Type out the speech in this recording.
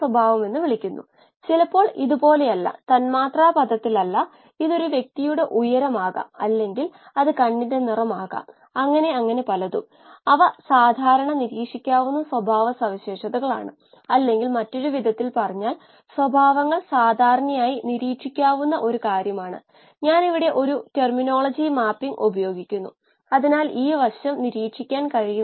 lnCC Co2 നിങ്ങൾക്ക് ഇതുപോലുള്ള ഒരു വക്രത ലഭിക്കുമ്പോൾ ഓക്സിജൻ സോർപ്ഷനായി രേഖീയ രീതിയിൽ മാത്രമേ നമ്മൾക് ആ പ്രത്യേക സമവാക്യം ഉപയോഗിക്കാൻ കഴിയൂ